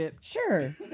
sure